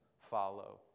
follow